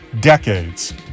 decades